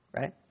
right